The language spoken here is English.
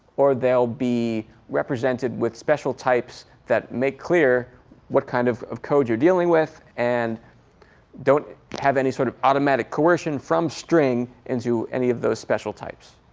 or they'll be represented with special types that make clear what kind of of code you're dealing with and don't have any sort of automatic coercion from string into any of those special types.